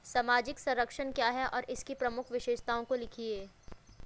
सामाजिक संरक्षण क्या है और इसकी प्रमुख विशेषताओं को लिखिए?